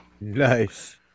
Nice